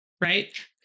Right